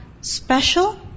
special